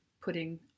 putting